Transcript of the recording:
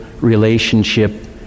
relationship